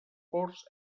ports